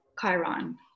Chiron